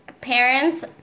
parents